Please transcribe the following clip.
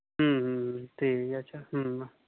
ᱴᱷᱤᱠ ᱜᱮᱭᱟ ᱟᱪᱪᱷᱟ ᱢᱟ